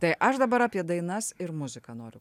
tai aš dabar apie dainas ir muziką noriu klasut